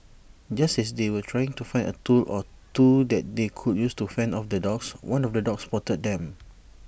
just as they were trying to find A tool or two that they could use to fend off the dogs one of the dogs spotted them